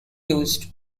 used